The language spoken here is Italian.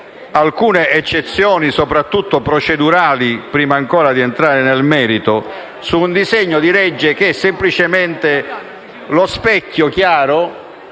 alcune eccezioni soprattutto procedurali, prima ancora di entrare nel merito, su un disegno di legge che è semplicemente lo specchio chiaro